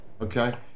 Okay